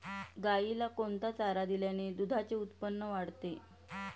गाईला कोणता चारा दिल्याने दुधाचे उत्पन्न वाढते?